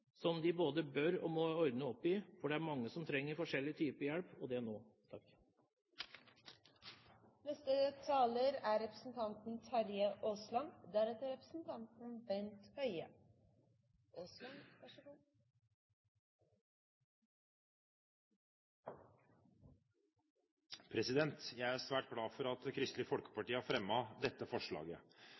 som de både bør og må ordne opp i, for det er mange som trenger forskjellig type hjelp – og det nå. Jeg er svært glad for at Kristelig Folkeparti har fremmet dette forslaget.